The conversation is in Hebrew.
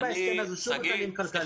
אין בהסכם הזה שום מתנים כלכליים.